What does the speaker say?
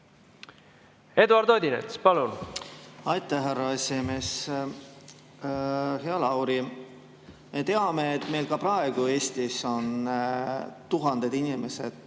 Eduard Odinets, palun! Aitäh, härra [ase]esimees! Hea Lauri! Me teame, et meil ka praegu Eestis tuhanded inimesed